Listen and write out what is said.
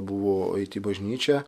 buvo eit į bažnyčią